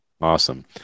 Awesome